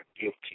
guilty